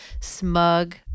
Smug